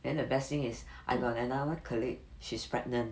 then the best thing is I got another colleague she's pregnant